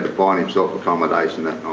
to find himself accommodation that